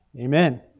amen